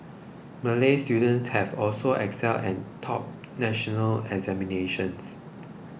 Malay students have also excelled and topped national examinations